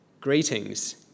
Greetings